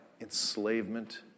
enslavement